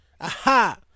Aha